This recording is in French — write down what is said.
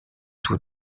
tout